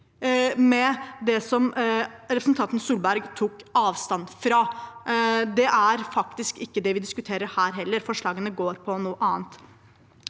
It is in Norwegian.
med det representanten Solberg tok avstand fra. Det er faktisk ikke det vi diskuterer her heller, forslagene går på noe annet.